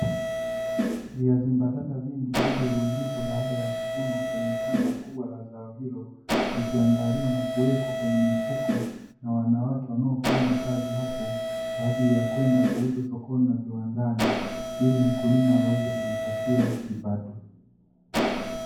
Viazi mbatata vingi vilivyorundikwa baada ya kuvunwa kwenye shamba kubwa la zao hilo, likiandaliwa na kuwekwa kwenye mifuko na wanawake wanaofanya kazi hapo, kwa ajili ya kwenda kuuzwa sokoni na viwandani, ili mkulima aweze kujipatia kipato.